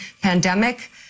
pandemic